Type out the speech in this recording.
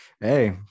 Hey